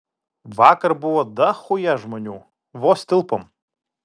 vakar buvo dachuja žmonių vos tilpom